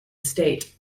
state